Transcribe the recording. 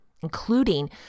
including